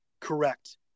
Correct